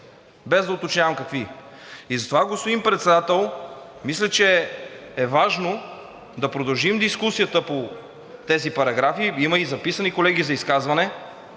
без да уточнявам какви. И затова, господин Председател, мисля, че е важно да продължим дискусията по тези параграфи, има и записани колеги за изказване.